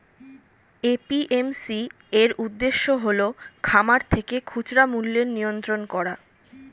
APMC এর উদ্দেশ্য হল খামার থেকে খুচরা মূল্যের নিয়ন্ত্রণ করা